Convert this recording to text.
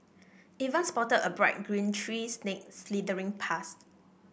even spotted a bright green tree snake slithering past